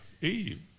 Eve